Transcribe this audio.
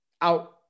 out